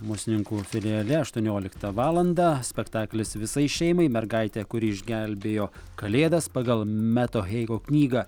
musninkų filiale aštuonioliktą valandą spektaklis visai šeimai mergaitė kuri išgelbėjo kalėdas pagal meto heigo knygą